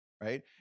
right